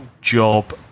job